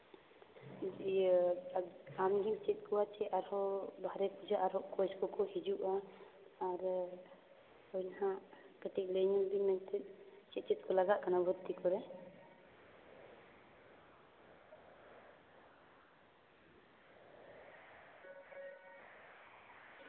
ᱤᱭᱟᱹ ᱟᱢ ᱜᱮᱢ ᱪᱮᱫ ᱟᱠᱚᱣᱟ ᱥᱮ ᱟᱨᱦᱚᱸ ᱵᱟᱨᱦᱮ ᱠᱷᱚᱱᱟᱜ ᱟᱨᱦᱚᱸ ᱠᱳᱪ ᱠᱚᱠᱚ ᱦᱤᱡᱩᱜᱼᱟ ᱟᱨ ᱦᱳᱭ ᱦᱟᱸᱜ ᱠᱟᱹᱴᱤᱡ ᱞᱟᱹᱭᱟᱹᱧ ᱵᱤᱱ ᱮᱱᱛᱮᱫ ᱪᱮᱫ ᱪᱮᱫ ᱠᱚ ᱞᱟᱜᱟᱜ ᱠᱟᱱᱟ ᱵᱷᱩᱨᱛᱤ ᱠᱚᱨᱮ